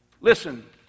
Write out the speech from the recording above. Listen